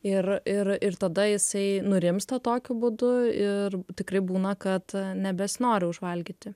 ir ir ir tada jisai nurimsta tokiu būdu ir tikrai būna kad nebesinori užvalgyti